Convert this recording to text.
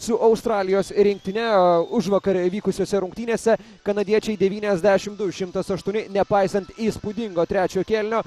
su australijos rinktine užvakar vykusiose rungtynėse kanadiečiai devyniasdešimt du šimtas aštuoni nepaisant įspūdingo trečio kėlinio